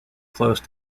close